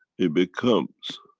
it becomes.